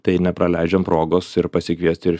tai nepraleidžiam progos ir pasikviest ir